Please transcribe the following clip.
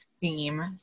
theme